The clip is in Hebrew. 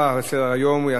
בעד, 9,